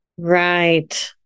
Right